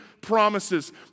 promises